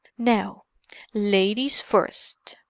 now ladies first!